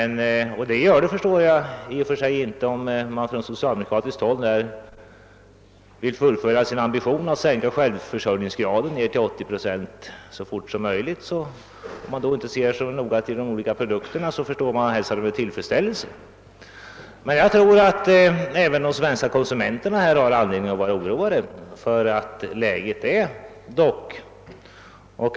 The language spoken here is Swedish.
Nej, det är naturligtvis inte fallet om man från socialdemokratiskt håll så fort som möjligt vill fullfölja sin ambition att sänka självförsörjningsgraden till 80 procent. Om man då inte ser så noga till produkterna hälsar man naturligtvis en nedgång i produktionen med tillfredsställelse. Men de svenska konsumenterna har nog anledning att vara oroade.